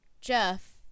Jeff